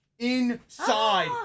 inside